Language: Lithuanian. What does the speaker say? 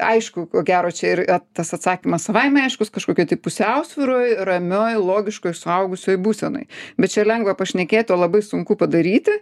aišku ko gero čia ir tas atsakymas savaime aiškus kažkokioj tai pusiausvyroj ramioj logiškoj suaugusioj būsenoj bet čia lengva pašnekėt o labai sunku padaryti